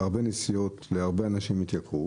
והרבה נסיעות להרבה אנשים התייקרו